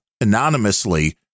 anonymously